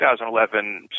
2011